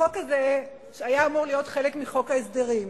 החוק הזה היה אמור להיות חלק מחוק ההסדרים.